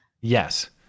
Yes